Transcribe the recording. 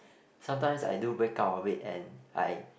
sometimes I do break out of it and I